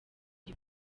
bya